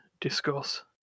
discuss